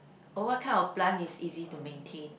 oh what kind of plant is easy to maintain